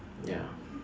ya